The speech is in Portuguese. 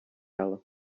ela